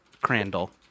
Crandall